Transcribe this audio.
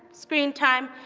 screen time,